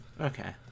Okay